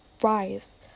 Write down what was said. Rise